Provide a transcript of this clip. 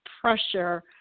pressure